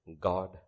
God